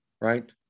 right